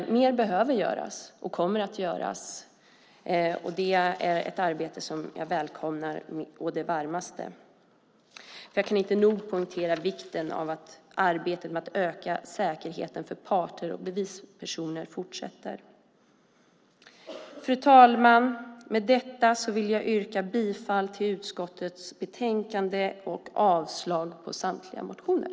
Mer behöver göras och kommer att göras, och det är ett arbete som jag välkomnar å det varmaste. Jag kan inte nog poängtera vikten av att arbetet med att öka säkerheten för parter och bevispersoner fortsätter. Fru talman! Med detta vill jag yrka bifall till förslaget i utskottets betänkande och avslag på samtliga reservationer.